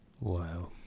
Wow